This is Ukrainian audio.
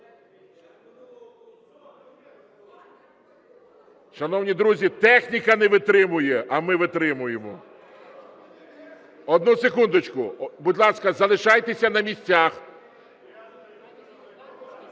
Шановні друзі, техніка не витримує, а ми витримуємо. Одну секундочку, будь ласка, залишайтеся на місцях.